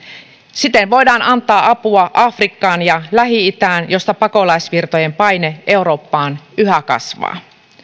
siten voidaan antaa apua afrikkaan ja lähi itään joista pakolaisvirtojen paine eurooppaan yhä kasvaa